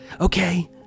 okay